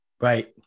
right